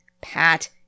Pat